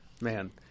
Man